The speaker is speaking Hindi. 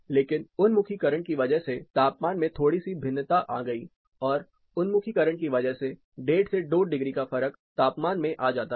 लेकिन उन्मुखीकरण की वजह से तापमान में थोड़ी सी भिन्नता आ गई और उन्मुखीकरण की वजह से 15 से 2 डिग्री का फर्क तापमान में आ जाता है